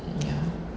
mm ya